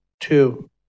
two